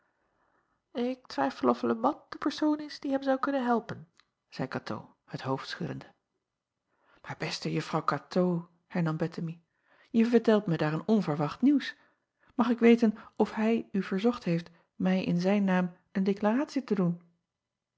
k twijfel of e at de persoon is die hem zou kunnen helpen zeî atoo het hoofd schuddende aar beste uffrouw atoo hernam ettemie je vertelt mij daar een onverwacht nieuws ag ik weten of hij u verzocht heeft mij in zijn naam een declaratie te doen